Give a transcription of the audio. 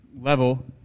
level